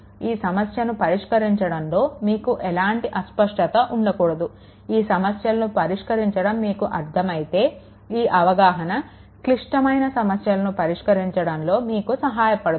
ఈ సమస్యను పరిష్కరించడంలో మీకు ఎలాంటి అస్పష్టత ఉండకూడదు ఈ సమస్యలు పరిష్కరించడం మీకు అర్ధం అయితే ఈ అవగాహన క్లిష్టమైన సమస్యలను పరిష్కరించడంలో మీకు సహాయపడుతుంది